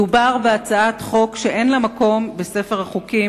מדובר בהצעת חוק שאין לה מקום בספר החוקים,